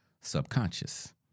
subconscious